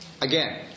Again